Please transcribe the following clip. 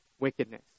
wickedness